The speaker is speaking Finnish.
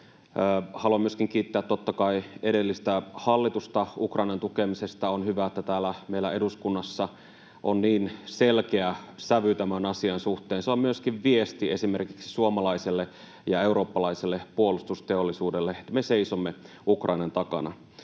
Haluan myöskin kiittää, totta kai, edellistä hallitusta Ukrainan tukemisesta. On hyvä, että täällä meillä eduskunnassa on niin selkeä sävy tämän asian suhteen. Se on myöskin viesti esimerkiksi suomalaiselle ja eurooppalaiselle puolustusteollisuudelle: me seisomme Ukrainan takana.